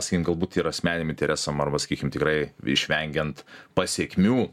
sakykim galbūt ir asmeniniam interesam arba sakykim tikrai išvengiant pasekmių